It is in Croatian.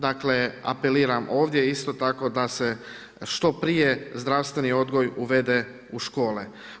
Dakle apeliram ovdje isto tako da se što prije zdravstveni odgoj uvede u škole.